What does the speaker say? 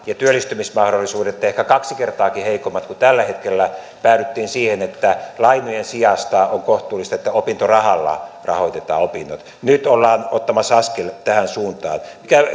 ja työllistymismahdollisuudet ehkä kaksi kertaakin heikommat kuin tällä hetkellä päädyttiin siihen että lainojen sijasta on kohtuullista että opintorahalla rahoitetaan opinnot nyt ollaan ottamassa askel tähän suuntaan